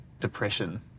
depression